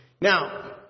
Now